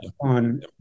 on